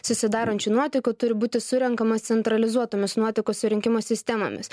susidarančių nuotekų turi būti surenkamos centralizuotomis nuotekų surinkimo sistemomis